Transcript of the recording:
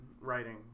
writing